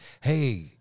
hey